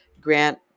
grant